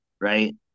right